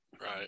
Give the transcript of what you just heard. Right